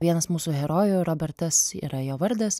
vienas mūsų herojų robertas yra jo vardas